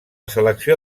selecció